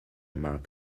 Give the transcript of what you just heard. mark